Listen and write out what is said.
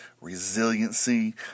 resiliency